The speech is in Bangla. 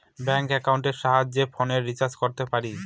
ব্যাঙ্ক একাউন্টের সাহায্যে ফোনের রিচার্জ করতে পারি